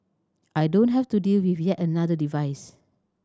I don't have to deal with yet another device